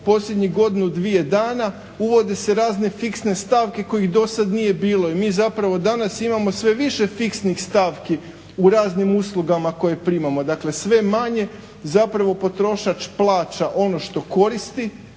posljednjih godinu, dvije dana uvode se razne fiksne stavke kojih do sad nije bilo. I mi zapravo danas imamo sve više fiksnih stavki u raznim uslugama koje primamo. Dakle sve manje, zapravo potrošač plaća ono što koristi,